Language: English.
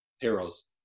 Heroes